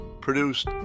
produced